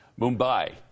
Mumbai